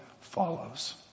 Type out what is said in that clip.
follows